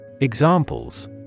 Examples